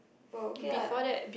oh okay lah